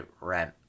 rent